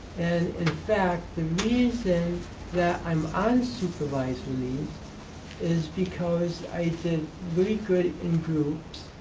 and in fact the reason that i'm on supervised release is because i did really good in groups,